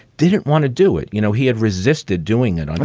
didn't want to do it. you know, he had resisted doing it. and